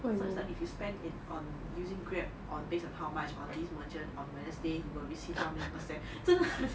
so it's like if you spend in on using grab on based on how much on these merchant on wednesday he will receive how many percent 真的